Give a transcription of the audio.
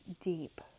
deep